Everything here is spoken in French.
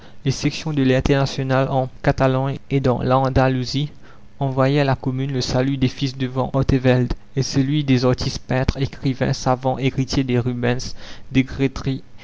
les sections de l'internationale en catalogne et dans l'andalousie envoyaient à la commune le salut des fils de van artevelde et celui des artistes peintres écrivains savants héritiers des rubens des